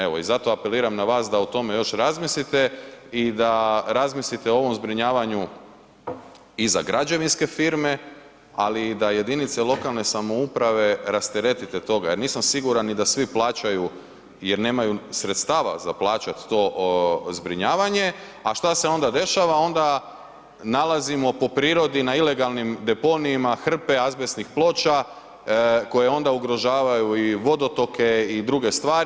Evo i zato apeliram na vas da o tome još razmislite i da razmislite o ovom zbrinjavanju i za građevinske firme, ali i da jedinice lokalne samouprave rasteretite toga jer nisam siguran ni da svi plaćaju jer nemaju sredstava za plaćat to zbrinjavanje, a šta se onda dešava, onda nalazimo po prirodi na ilegalnim deponijima hrpe azbestnih ploča koje onda ugrožavaju i vodotoke i druge stvari.